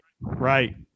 Right